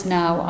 now